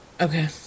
Okay